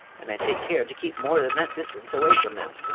and i take care to keep more than that distance away from them.